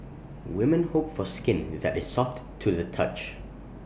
women hope for skin that is soft to the touch